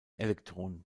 elektron